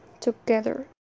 together